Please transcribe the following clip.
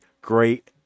great